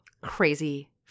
Crazy